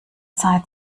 zeit